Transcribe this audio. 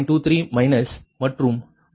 23 minus மற்றும் கோணம் 67